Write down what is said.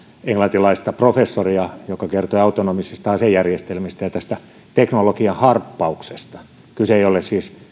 englantilaista professoria joka kertoi autonomisista asejärjestelmistä ja tästä teknologiaharppauksesta kyse ei siis ole